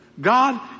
God